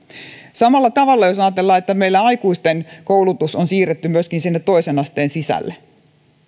samalla tavalla jos ajatellaan että meillä aikuisten koulutus on siirretty myöskin sinne toisen asteen sisälle